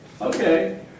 okay